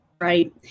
right